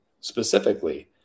specifically